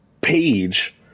page